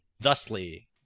Thusly